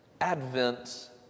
Advent